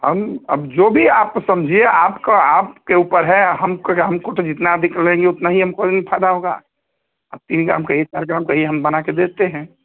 हम अब आप जो भी आप समझिए आप का आप के ऊपर है हमको क्या हमको तो जितना अधिक लगेगी उतना ही हमको ही फाइदा होगा आप तीन ग्राम कहिए चार ग्राम कहिए हम बनाकर देते हें